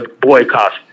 boycott